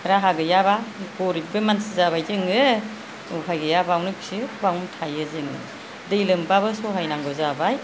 राहा गैयाबा गरिबबो मानसि जाबाय जोङो उफाय गैया बावनो खियो बावनो थायो जोङो दै लोमबाबो सहाय नांगौ जाबाय